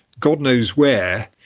god knows where,